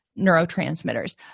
neurotransmitters